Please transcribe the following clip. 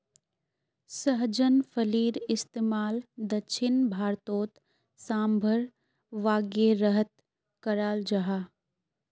सहजन फलिर इस्तेमाल दक्षिण भारतोत साम्भर वागैरहत कराल जहा